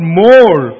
more